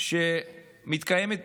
שמתקיימת